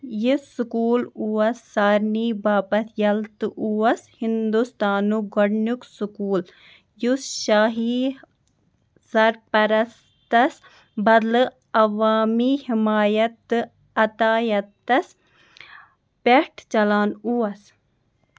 یہِ سُکوٗل اوس سارنی باپتھ یلہٕ تہٕ اوس ہندوستانُک گۄڈنیُک سُکوٗل یُس شاہی سرپرستس بدلہٕ عوامی حِمایت تہٕ عطایتس پٮ۪ٹھ چلان اوس